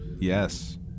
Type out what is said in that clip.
yes